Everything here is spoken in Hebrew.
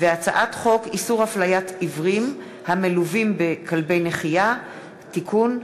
הצעת חוק איסור הפליית עיוורים המלווים בכלבי נחייה (תיקון),